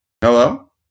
hello